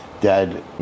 dad